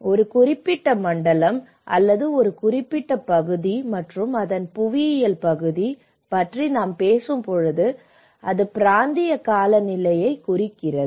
ஒரு குறிப்பிட்ட மண்டலம் அல்லது ஒரு குறிப்பிட்ட பகுதி மற்றும் அதன் புவியியல் பகுதி பற்றி நாம் பேசும்போது அது பிராந்திய காலநிலையைக் குறிக்கிறது